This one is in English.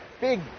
big